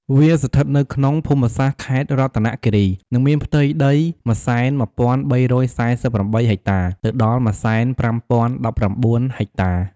វាស្ថិតនៅក្នុងភូមិសាស្ត្រ ខេត្តរតនគិរីនិងមានផ្ទៃដី ១០១ ៣៤៨ ហិចតា ទៅដល់ ១០៥ ០១៩ ហិចតា។